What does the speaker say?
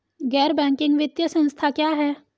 गैर बैंकिंग वित्तीय संस्था क्या है?